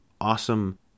awesome